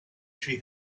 she